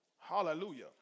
Hallelujah